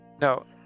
no